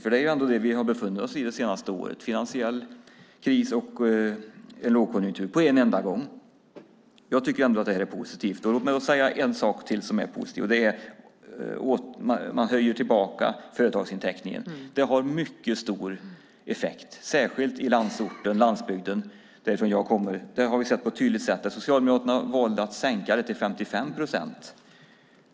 Vi har ändå befunnit oss både i en finansiell kris och i en lågkonjunktur under det senaste året. Jag tycker ändå att detta är positivt. Låt mig säga en sak till som är positiv. Det är att man höjer företagsinteckningen tillbaka till det som var. Det har mycket stor effekt, särskilt i landsorten och i landsbygden som jag kommer från. Det har vi sett tydligt. Socialdemokraterna valde att sänka den till 55 procent.